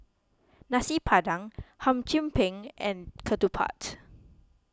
Nasi Padang Hum Chim Peng and Ketupat